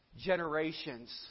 generations